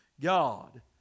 God